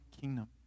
kingdom